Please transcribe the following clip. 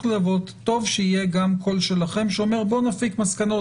להוות טוב שיהיה גם קול שלכם שאומר בוא נפיק מסקנות,